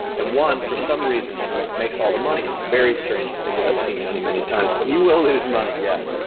and one for some reason makes all the money. it's a very strange thing that i've seen many, many times but you will lose money, yeah.